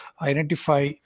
identify